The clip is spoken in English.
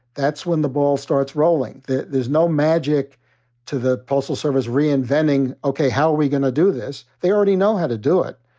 that's when the ball starts rolling. there's no magic to the postal service reinventing, okay, how are we gonna do this? they already know how to do it.